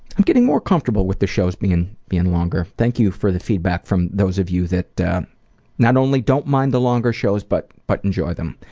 i'm getting more comfortable with the shows being being longer. thank you for the feedback from those of you that that not only don't mind the longer shows but but enjoy them.